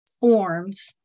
forms